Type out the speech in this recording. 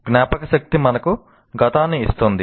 జ్ఞాపకశక్తి మనకు గతాన్ని ఇస్తుంది